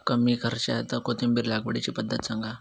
कमी खर्च्यात कोथिंबिर लागवडीची पद्धत सांगा